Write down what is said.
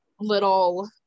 little